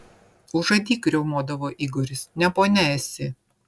užadyk riaumodavo igoris ne ponia esi